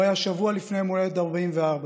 הוא היה שבוע לפני יום ההולדת ה-44 שלו.